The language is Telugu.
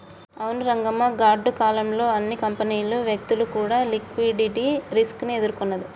అవును రంగమ్మ గాడ్డు కాలం లో అన్ని కంపెనీలు వ్యక్తులు కూడా లిక్విడిటీ రిస్క్ ని ఎదుర్కొన్నది